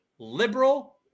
liberal